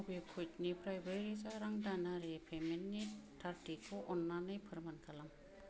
मबिक्वुइकनिफ्राय ब्रैरोजा रां दानारि पेमेन्टनि थारथिखौ अन्नानै फोरमान खालाम